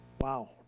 Wow